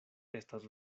estas